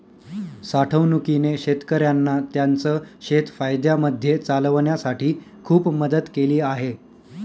साठवणूकीने शेतकऱ्यांना त्यांचं शेत फायद्यामध्ये चालवण्यासाठी खूप मदत केली आहे